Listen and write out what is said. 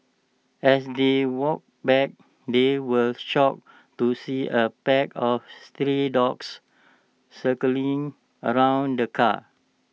as they walked back they were shocked to see A pack of stray dogs circling around the car